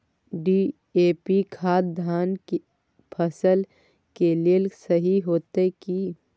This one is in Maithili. डी.ए.पी खाद धान के फसल के लेल सही होतय की?